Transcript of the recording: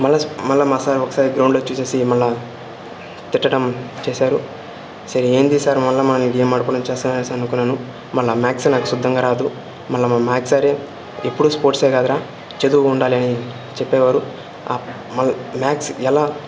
మళ్ళీ మా సార్ ఒకసారి గ్రౌండ్లో చూసేసి మళ్ళీ తిట్టట్టం చేశారు సర్ ఏంది సార్ మళ్ళీ మనల్ని గేమ్ ఆడనీకుండా చేస్తన్నారనేసి అనుకున్నాను మళ్ళీ మ్యాథ్స్ నాకు శుద్ధంగా రాదు మళ్ళీ మా మ్యాథ్స్ సారే ఎప్పుడూ స్పోర్ట్సే కాదురా చదువు ఉండాలి అని చెప్పేవారు మ్యాథ్స్ ఎలా